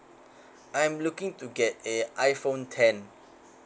I'm looking to get a iPhone ten